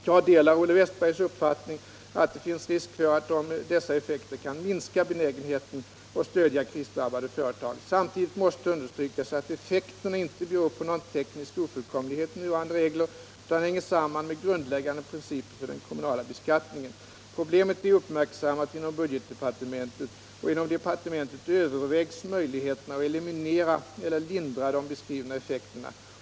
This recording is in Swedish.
Jag delar Olle Wästbergs uppfattning att det finns risk för att dessa effekter kan minska benägenheten att stödja krisdrabbade företag. Samtidigt måste understrykas att effekterna inte beror på någon teknisk ofullkomlighet i nuvarande regler utan sammanhänger med grundläggande principer för den kommunala beskattningen. Problemet är uppmärksammat inom budgetdepartementet. Inom departementet övervägs möjligheterna att eliminera eller lindra de beskrivna effekterna.